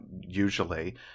usually